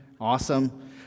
Awesome